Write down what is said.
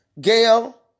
Gail